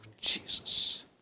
Jesus